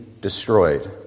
destroyed